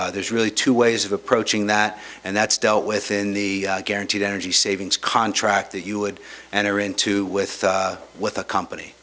so there's really two ways of approaching that and that's dealt with in the guaranteed energy savings contract that you would enter into with with a company